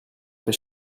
fait